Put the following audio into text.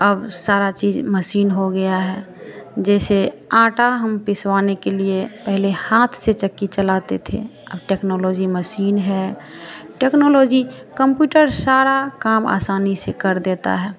अब सारी चीज़ मशीन हो गया है जैसे आटा हम पिसवाने के लिए पहले हाथ से चक्की चलाते थे अब टेक्नोलॉजी मसीन है टेक्नोलॉजी कंप्यूटर सारा काम आसानी से कर देता है